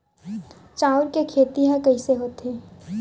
चांउर के खेती ह कइसे होथे?